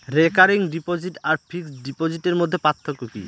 Recurring deposit আর fixed ডিপোজিটের মধ্যে পার্থক্য কি?